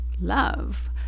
love